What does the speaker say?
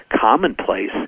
commonplace